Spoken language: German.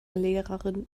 lehrerin